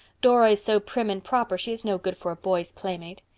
dora is so prim and proper she is no good for a boy's playmate.